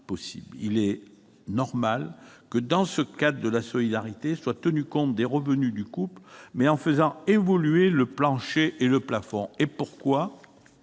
Il est normal, dans le cadre de la solidarité, qu'il soit tenu compte des revenus du couple, tout en faisant évoluer le plancher et le plafond. Et pourquoi